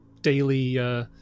daily